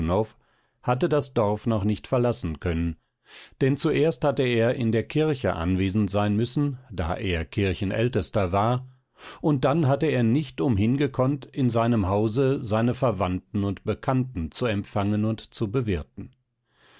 hatte das dorf noch nicht verlassen können denn zuerst hatte er in der kirche anwesend sein müssen da er kirchenältester war und dann hatte er nicht umhin gekonnt in seinem hause seine verwandten und bekannten zu empfangen und zu bewirten